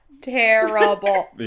terrible